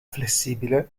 flessibile